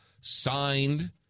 signed